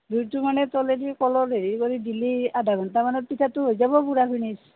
জুইটো মানে তলেদি কলৰ হেৰি কৰি দিলে আধা ঘণ্টামানৰ পিঠাটো হৈ যাব পুৰা ফিনিছ